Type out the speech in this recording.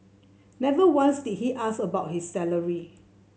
never once did he ask about his salary